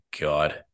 God